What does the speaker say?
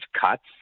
cuts